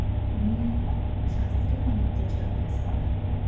मी शास्त्रीय नृत्याची अभ्यासक आहे